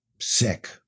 sick